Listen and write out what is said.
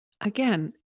again